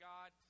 God